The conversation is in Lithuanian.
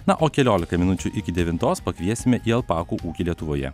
na o keliolika minučių iki devintos pakviesime į alpakų ūkį lietuvoje